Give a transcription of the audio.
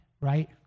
right